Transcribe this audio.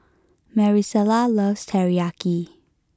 Marisela loves Teriyaki